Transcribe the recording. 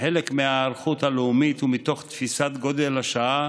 כחלק מההיערכות הלאומית ומתוך תפיסת גודל השעה